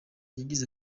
yagize